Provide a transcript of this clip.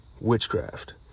witchcraft